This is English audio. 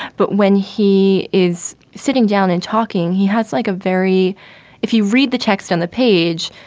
but when he is sitting down and talking, he has like a very if you read the text on the page,